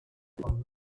ihr